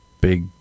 big